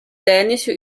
dänische